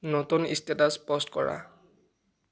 নতুন status post কৰা